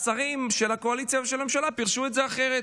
השרים של הקואליציה ושל הממשלה פירשו את זה אחרת,